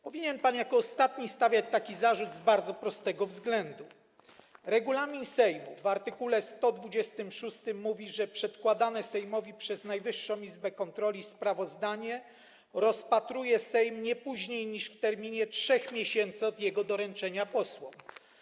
Powinien pan jako ostatni stawiać taki zarzut z bardzo prostego względu - regulamin Sejmu w art. 126 mówi, że przedkładane Sejmowi przez Najwyższą Izbę Kontroli sprawozdanie Sejm rozpatruje nie później niż w terminie 3 miesięcy od jego doręczenia posłom.